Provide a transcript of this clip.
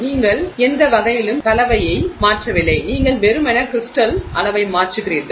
நீங்கள் எந்த வகையிலும் கலவையை மாற்றவில்லை நீங்கள் வெறுமனே கிரிஸ்டல் அளவை மாற்றுகிறீர்கள்